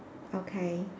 okay